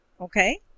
Okay